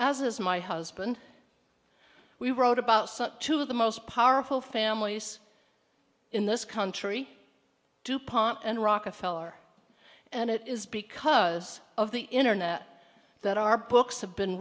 as is my husband we wrote about some two of the most powerful families in this country dupont and rockefeller and it is because of the internet that our books have been